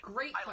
Great